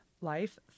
life